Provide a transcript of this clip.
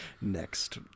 Next